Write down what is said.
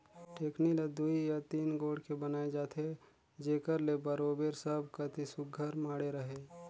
टेकनी ल दुई या तीन गोड़ के बनाए जाथे जेकर ले बरोबेर सब कती सुग्घर माढ़े रहें